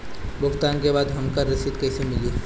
भुगतान के बाद हमके रसीद कईसे मिली?